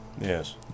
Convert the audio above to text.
yes